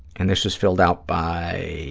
and this was filled out by